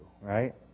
right